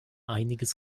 einiges